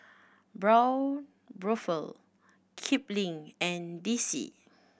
Braun Buffel Kipling and D C